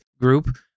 group